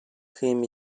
cream